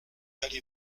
allez